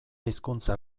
hizkuntza